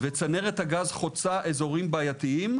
וצנרת הגז חוצה אזורים בעיתיים.